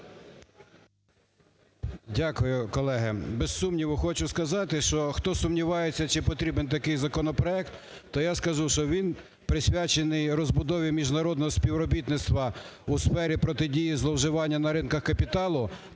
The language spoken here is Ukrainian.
Дякую, колеги. Без сумніву хочу сказати, що хто сумнівається, чи потрібен такий законопроект, то я скажу, що він присвячений розбудові міжнародного співробітництва у сфері протидії зловживання на ринках капіталу.